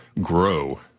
grow